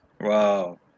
Wow